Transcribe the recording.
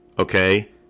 Okay